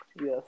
Yes